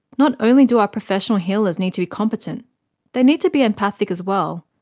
not only do our professional healers need to be competent they need to be empathic as well,